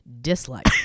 Dislike